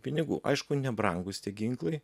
pinigų aišku nebrangūs tie ginklai